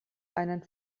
einen